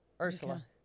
Ursula